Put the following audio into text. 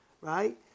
Right